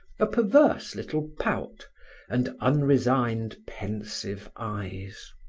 a perverse little pout and unresigned, pensive eyes.